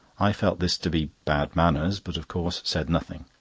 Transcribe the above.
i felt this to be bad manners, but of course said nothing.